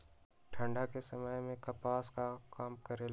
ठंडा के समय मे कपास का काम करेला?